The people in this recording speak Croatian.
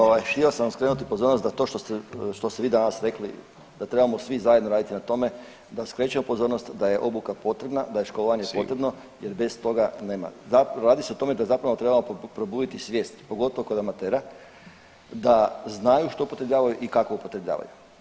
Ovaj, htio sam vam skrenuti pozornost da to što ste vi danas rekli da trebamo svi zajedno raditi na tome da skrećemo pozornost da je obuka potrebna, da je školovanje potrebno jer bez toga nema, radi se o tome da zapravo trebamo probuditi svijest pogotovo kod amatera da znaju što upotrebljavaju i kako upotrebljavaju.